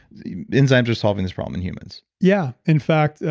the enzymes are solving this problem in humans. yeah. in fact,